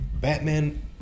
Batman